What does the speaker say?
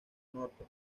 norte